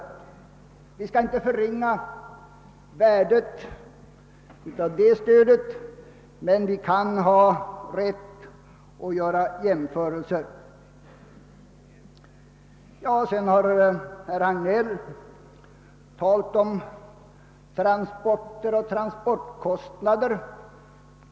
Vi skall inte förringa värdet av det stödet, men vi kan ha rätt att göra jämförelser. Herr Hagnell talade om transporter och transportkostnader.